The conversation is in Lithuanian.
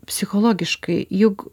psichologiškai juk